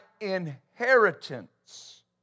inheritance